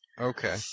Okay